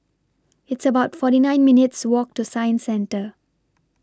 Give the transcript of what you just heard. It's about forty nine minutes' Walk to Science Centre